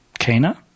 Kena